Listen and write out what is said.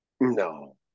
No